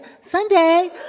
Sunday